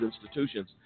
institutions